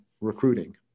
recruiting